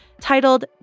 titled